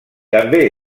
també